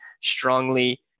strongly